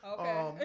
Okay